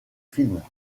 films